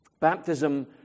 Baptism